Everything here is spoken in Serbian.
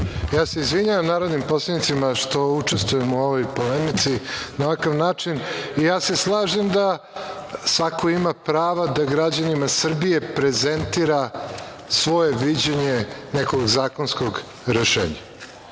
Izvinjavam se narodnim poslanicima što učestvujem u ovoj polemici na ovakav način. Slažem se da svako ima prava da građanima Srbije prezentira svoje viđenje nekog zakonskog rešenja,